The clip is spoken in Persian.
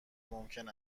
ممکن